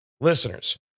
Listeners